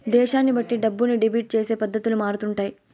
దేశాన్ని బట్టి డబ్బుని డెబిట్ చేసే పద్ధతులు మారుతుంటాయి